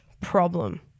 problem